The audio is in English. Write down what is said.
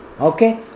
okay